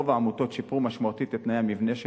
רוב העמותות שיפרו משמעותית את תנאי המבנה שלהם,